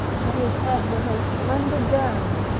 but his head was a splendid dome.